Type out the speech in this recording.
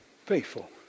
Faithful